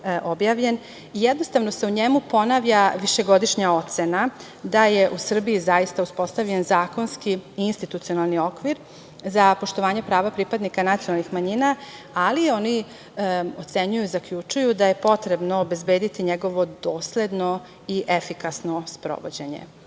jednostavno se u njemu ponavlja višegodišnja ocena da je u Srbiji zaista uspostavljen zakonski i institucionalni okvir za poštovanje prava pripadnika nacionalnih manjina, ali oni ocenjuju, zaključuju da je potrebno obezbediti njegovo dosledno i efikasno sprovođenje. Vezano